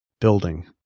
building